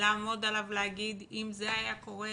לעמוד עליו ולהגיד 'אם זה היה קורה